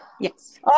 yes